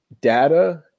data